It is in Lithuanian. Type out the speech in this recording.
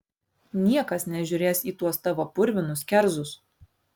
niekas nežiūrės į tuos tavo purvinus kerzus